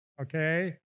okay